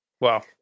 Wow